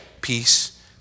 peace